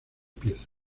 piezas